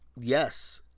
Yes